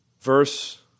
Verse